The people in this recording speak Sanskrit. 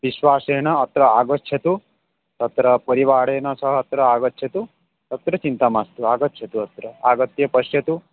विश्वासेन अत्र आगच्छतु तत्र परिवारेण सह अत्र आगच्छतु अत्र चिन्ता मास्तु आगच्छतु अत्र आगत्य पश्यतु